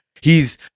He's-